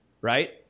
right